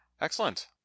Excellent